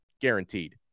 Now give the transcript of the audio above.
guaranteed